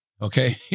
Okay